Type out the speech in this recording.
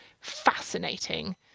fascinating